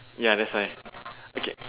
ya that's why okay